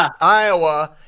Iowa